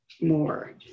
more